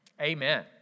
Amen